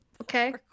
okay